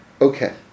Okay